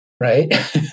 right